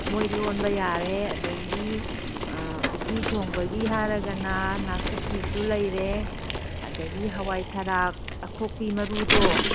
ꯃꯣꯏ ꯂꯣꯟꯕ ꯌꯥꯔꯦ ꯑꯗꯒꯤꯗꯤ ꯎꯇꯤ ꯊꯣꯡꯕꯒꯤ ꯍꯥꯏꯔꯒꯅ ꯅꯥꯀꯨꯞꯄꯤꯁꯨ ꯂꯩꯔꯦ ꯑꯗꯒꯤ ꯍꯋꯥꯏ ꯊꯔꯥꯛ ꯑꯈꯣꯛꯄꯤ ꯃꯔꯨꯗꯣ